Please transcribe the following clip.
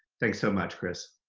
thanks so much, chris!